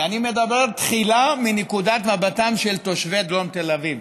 ואני מדבר תחילה מנקודת מבטם של תושבי דרום תל אביב.